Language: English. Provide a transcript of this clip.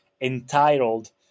entitled